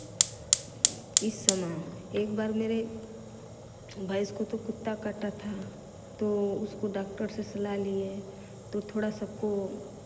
इस समय एक बार मेरे भैंस को तो कुत्ता काटा था तो उसको डॉक्टर से सलाह लिए तो थोड़ा सबको